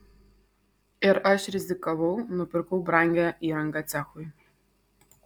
ir aš rizikavau nupirkau brangią įrangą cechui